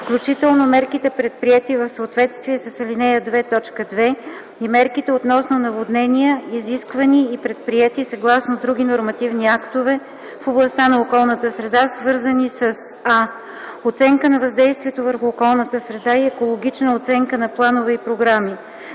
включително мерките, предприети в съответствие с ал. 2, т. 2, и мерките относно наводнения, изисквани и предприети съгласно други нормативни актове в областта на околната среда, свързани с: а) оценка на въздействието върху околната среда и екологична оценка на планове и програми;